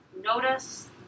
notice